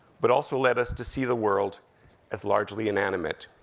but also led us to see the world as largely inanimate,